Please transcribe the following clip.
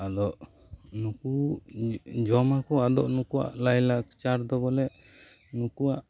ᱟᱫᱚ ᱱᱩᱠᱩ ᱡᱚᱢ ᱟᱠᱚ ᱟᱫᱚ ᱱᱩᱠᱩᱣᱟᱜ ᱞᱟᱭᱞᱟᱠᱪᱟᱨ ᱫᱚ ᱵᱚᱞᱮ ᱱᱩᱠᱩᱣᱟᱜ